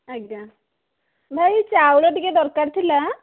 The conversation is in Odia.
ଆଜ୍ଞା ଭାଇ ଚାଉଳ ଟିକିଏ ଦରକାର ଥିଲା